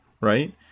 right